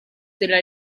della